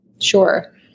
Sure